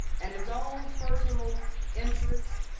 and his own personal interests,